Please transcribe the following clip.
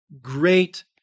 Great